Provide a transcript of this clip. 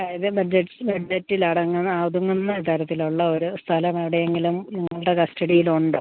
അതായത് ബഡ്ജറ്റ് ബഡ്ജറ്റിൽ അടങ്ങുന്ന ഒതുങ്ങുന്ന തരത്തിലുള്ള ഒരു സ്ഥലം എവിടെയെങ്കിലും നിങ്ങളുടെ കസ്റ്റഡിയിലുണ്ടോ